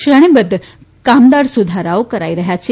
શ્રેણીબધ્ધ કામદાર સુધારાઓ કરાઈ રહ્યા છે